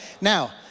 Now